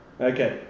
Okay